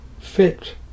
fit